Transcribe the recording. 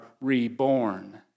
reborn